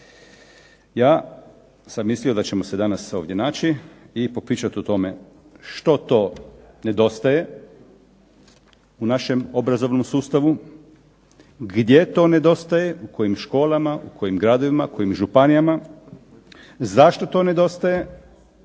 Ja sam mislio da ćemo se danas ovdje naći i popričati o tome što to nedostaje u našem obrazovnom sustavu, gdje to nedostaje, u kojim školama, u kojim gradovima, kojim županijama, zašto to nedostaje